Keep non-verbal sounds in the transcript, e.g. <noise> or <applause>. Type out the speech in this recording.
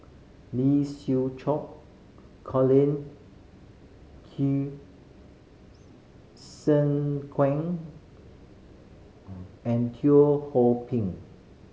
Lee Siew Choh Colin Q <unintelligible> Zhe Quan and Teo Ho Pin